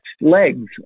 legs